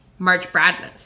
marchbradness